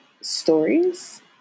stories